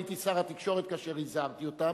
הייתי שר התקשורת כאשר הזהרתי אותם.